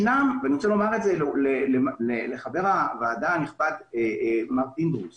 אני רוצה לומר לחבר הוועדה הנכבד מר פינדרוס